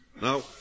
Now